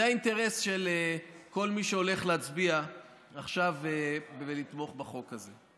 זה האינטרס של כל מי שהולך להצביע עכשיו ולתמוך בחוק הזה.